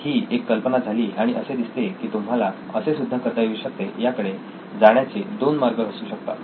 ही एक कल्पना झाली आणि असे दिसते की तुम्हाला असे सुद्धा करता येऊ शकते याकडे जाण्याचे दोन मार्ग असू शकतात